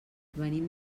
venim